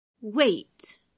Wait